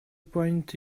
point